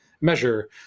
measure